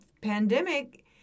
pandemic